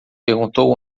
perguntou